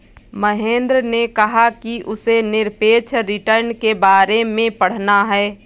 महेंद्र ने कहा कि उसे निरपेक्ष रिटर्न के बारे में पढ़ना है